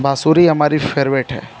बांसुरी हमारी फेरबेट है